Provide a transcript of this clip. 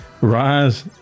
rise